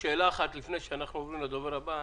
אני רוצה לשאול שאלה אחת לפני שאנחנו עוברים לדובר הבא.